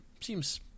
seems